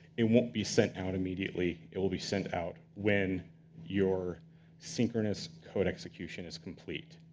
it won't be sent out immediately. it will be sent out when your synchronous code execution is complete.